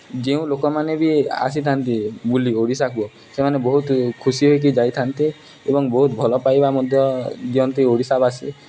ଯେଉଁ ଲୋକମାନେ ବି ଆସିଥାନ୍ତି ବୁଲି ଓଡ଼ିଶାକୁ ସେମାନେ ବହୁତ ଖୁସି ହୋଇକି ଯାଇଥାନ୍ତି ଏବଂ ବହୁତ ଭଲପାଇବା ମଧ୍ୟ ଦିଅନ୍ତି ଓଡ଼ିଶାବାସୀ